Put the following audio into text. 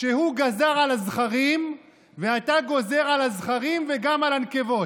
שהוא גזר על הזכרים ואתה גוזר על הזכרים וגם על הנקבות.